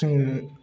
जोङो